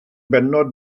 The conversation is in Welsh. bennod